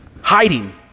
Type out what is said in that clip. Hiding